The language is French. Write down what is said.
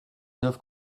neuf